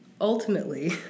Ultimately